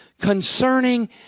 concerning